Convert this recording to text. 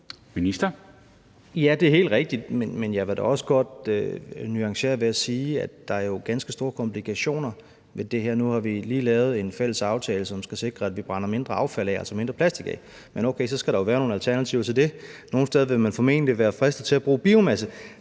Jørgensen): Ja, det er helt rigtigt. Men jeg vil da også godt nuancere det ved at sige, at der jo er ganske store komplikationer ved det her. Nu har vi lige lavet en fælles aftale, som skal sikre, at vi brænder mindre affald af, altså mindre plastik af. Men, okay, så skal der jo være nogle alternativer til det. Nogle steder vil man formentlig være fristet til at bruge biomasse,